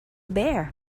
bear